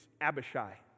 Abishai